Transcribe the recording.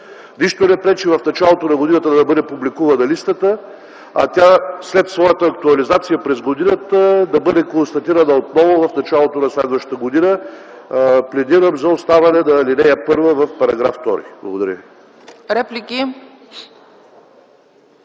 Нищо не пречи в началото на годината да бъде публикувана листата, а тя, след своята актуализация през годината, да бъде констатирана отново в началото на следващата година. Пледирам за оставане на ал. 1 в § 2. Благодаря